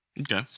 Okay